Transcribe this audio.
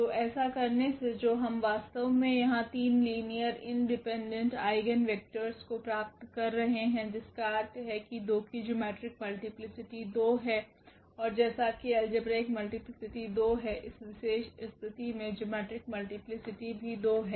तो ऐसा करने से जो हम वास्तव में यहां 3 लीनियर इंडिपेंडेंट आइगेन वेक्टरस को प्राप्त कर रहे हैं जिसका अर्थ है 2 की ज्योमेट्रिक मल्टीप्लीसिटी 2 है और जैसा कि अलजेबरीक मल्टीप्लीसिटी 2 है इस विशेष स्थिति में ज्योमेट्रिक मल्टीप्लीसिटी भी 2 है